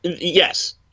Yes